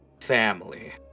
family